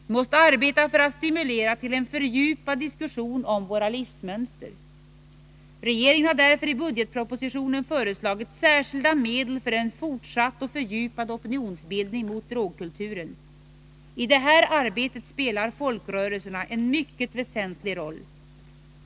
Vi måste arbeta för att stimulera till en fördjupad diskussion om våra livsmönster. Regeringen har därför i budgetpropositionen föreslagit särskilda medel för en fortsatt och fördjupad opinionsbildning mot drogkulturen. I det här arbetet spelar folkrörelserna en mycket väsentlig roll.